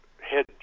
head